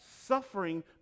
suffering